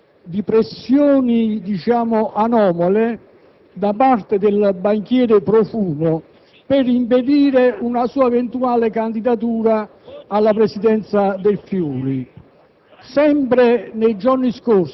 sarebbe oggetto di pressioni anomale da parte del banchiere Profumo per impedire una sua eventuale candidatura alla Presidenza della